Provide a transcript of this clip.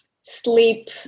sleep